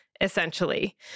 essentially